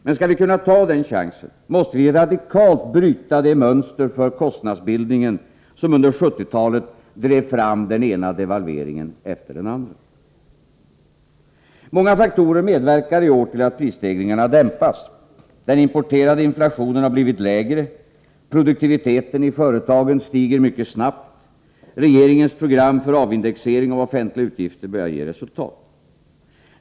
Men skall vi kunna ta den chansen måste vi radikalt bryta det mönster för kostnadsbildningen som under 1970-talet drev fram den ena devalveringen efter den andra. Många faktorer medverkar i år till att prisstegringarna dämpas. Den importerade inflationen har blivit lägre, produktiviteten i företagen stiger mycket snabbt, och regeringens program för avindexering av offentliga utgifter börjar ge resultat.